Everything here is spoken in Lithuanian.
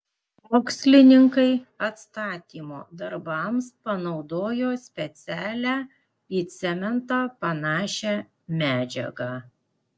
mokslininkai atstatymo darbams panaudojo specialią į cementą panašią medžiagą